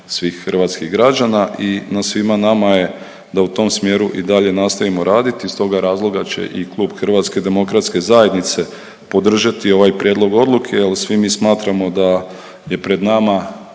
svih hrvatskih građana i na svima nama je da u tom smjeru i dalje nastavimo raditi. Iz toga razloga će i klub HDZ-a podržati ovaj prijedlog odluke jer svi mi smatramo da je pred nama